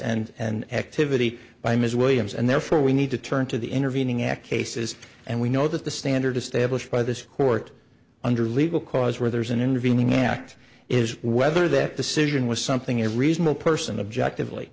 and an activity by ms williams and therefore we need to turn to the intervening act cases and we know that the standard established by this court under legal cause where there's an intervening act is whether that decision was something a reasonable person objective like